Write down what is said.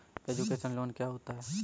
Education loan क्या होता है?